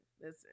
listen